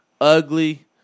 ugly